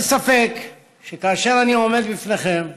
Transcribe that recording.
אין ספק שכאשר אני עומד בפניכם,